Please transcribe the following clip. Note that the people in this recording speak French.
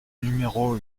numéro